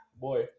Boy